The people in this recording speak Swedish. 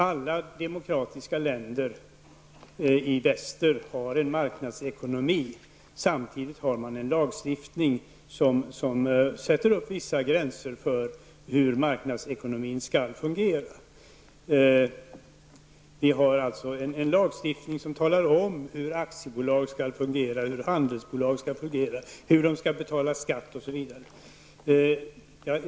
Alla demokratiska länder i väst har en marknadsekonomi. Samtidigt har man en lagstiftning som sätter upp vissa gränser för hur marknadsekonomin skall fungera. Vi har alltså en lagstiftning som talar om hur aktiebolag och handelsbolag skall fungera, hur de skall betala skatter osv.